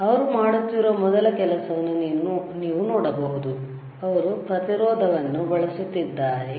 ಅವರು ಮಾಡುತ್ತಿರುವ ಮೊದಲ ಕೆಲಸವನ್ನು ನೀವು ನೋಡಬಹುದು ಅವರು ಪ್ರತಿರೋಧವನ್ನು ಬಳಸುತ್ತಿದ್ದಾನೆ